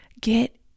Get